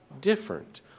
Different